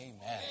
amen